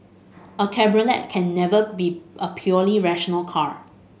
a cabriolet can never be a purely rational car